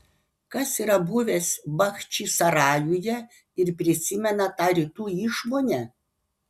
kas yra buvęs bachčisarajuje ir prisimena tą rytų išmonę